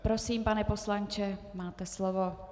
Prosím, pane poslanče, máte slovo.